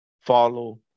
follow